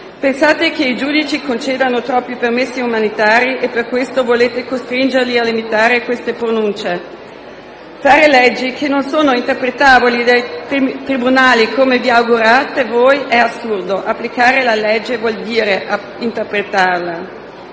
Pensate che i giudici concedano troppi permessi umanitari e per questo volete costringerli a limitare queste pronunce. Fare leggi che non sono interpretabili dai tribunali, come vi augurate voi, è assurdo; applicare la legge vuol dire interpretarla.